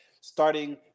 starting